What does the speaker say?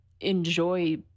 enjoy